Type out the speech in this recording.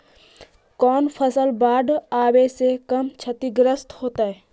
कौन फसल बाढ़ आवे से कम छतिग्रस्त होतइ?